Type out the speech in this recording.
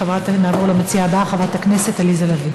נעבור למציעה הבאה, חברת הכנסת עליזה לביא,